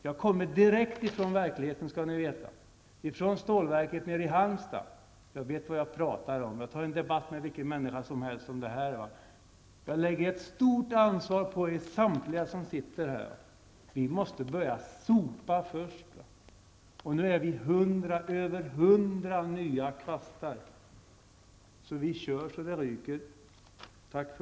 Jag kommer direkt från verkligheten, från stålverket i Halmstad. Jag vet vad jag pratar om. Jag kan debattera med vem som helst om detta. Men jag lägger ett stort ansvar på samtliga som sitter här. Vi måste börja sopa först. Nu är vi över 100 nya kvastar. Låt oss köra så det ryker!